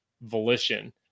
volition